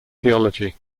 theology